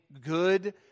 good